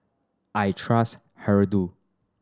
I trust Hirudoid